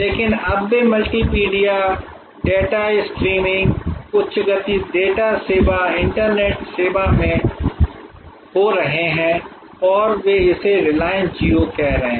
लेकिन अब वे मल्टीमीडिया डेटा स्ट्रीमिंग उच्च गति डेटा सेवा इंटरनेट सेवा में हो रहे हैं और वे इसे रिलायंस जियो कह रहे हैं